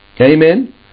Amen